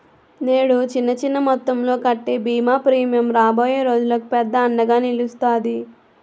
నేడు చిన్న చిన్న మొత్తంలో కట్టే బీమా ప్రీమియం రాబోయే రోజులకు పెద్ద అండగా నిలుస్తాది